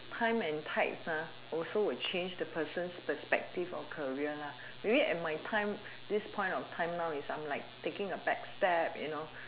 time and tides uh also will change the person's perspective of career lah maybe at my time this point of time now I am like taking a back step you know